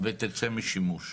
ואני מברכת גם על שינויים שנעשים.